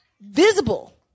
visible